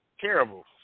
terrible